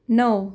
णव